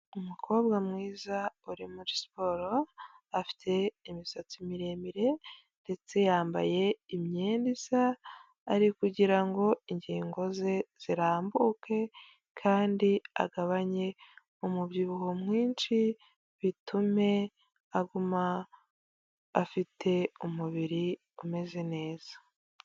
Umukobwa mwiza uri muri siporo, afite imisatsi miremire ndetse yambaye imyenda isa ari uku kugira ngo ingingo ze zirambuke, kandi agabanye umubyibuho mwinshi, bitume aguma afite umubiri umeze neza.